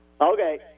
Okay